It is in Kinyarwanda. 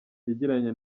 yagiranye